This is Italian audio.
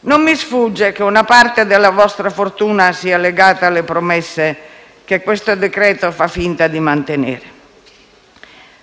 non mi sfugge che una parte della vostra fortuna sia legata alle promesse che il decreto-legge che ci accingiamo a convertire fa finta di mantenere;